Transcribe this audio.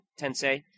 Tensei